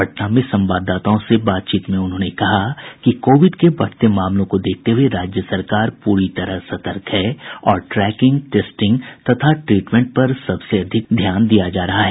पटना में संवाददाताओं से बातचीत में उन्होंने कहा कि कोविड के बढ़ते मामलों को देखते हुये राज्य सरकार पूरी तरह सतर्क है और ट्रैकिंग टेस्टिंग तथा ट्रीटमेंट पर सबसे अधिक ध्यान दिया जा रहा है